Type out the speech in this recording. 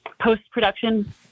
post-production